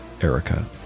Erica